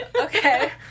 Okay